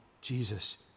Jesus